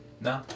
No